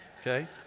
okay